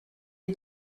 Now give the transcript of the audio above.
est